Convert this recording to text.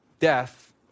death